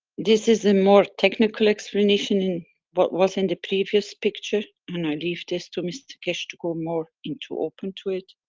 this is a more technical explanation in but was in the previous picture and i leave this to mr keshe to go more into, open to it.